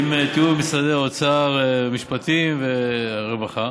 תיאום עם משרדי האוצר, משפטים ורווחה.